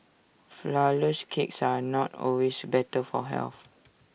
Flourless Cakes are not always better for health